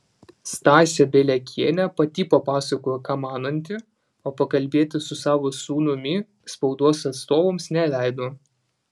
stasė bieliakienė pati papasakojo ką mananti o pakalbėti su savo sūnumi spaudos atstovams neleido